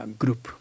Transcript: group